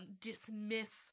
dismiss